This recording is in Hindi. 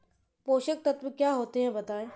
पोषक तत्व क्या होते हैं बताएँ?